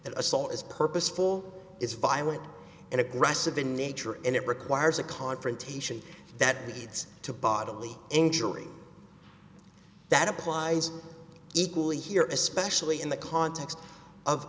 soul is purposeful is violent and aggressive in nature and it requires a confrontation that needs to bodily injury that applies equally here especially in the context of